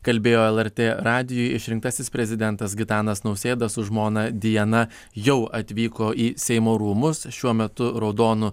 kalbėjo lrt radijui išrinktasis prezidentas gitanas nausėda su žmona diana jau atvyko į seimo rūmus šiuo metu raudonu